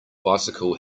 bicycle